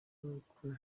n’uko